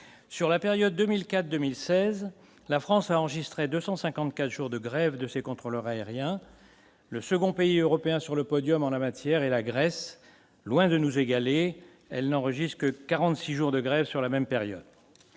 sur la période 2004 2016, la France a enregistré 250 jours de grève de ses contrôleurs aériens, le second pays européens sur le podium en la matière et la Grèce, loin de nous égaler elle n'enregistre que 46 jours de grève sur la même période,